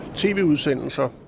tv-udsendelser